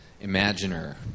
imaginer